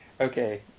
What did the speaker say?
okay